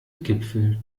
gipfel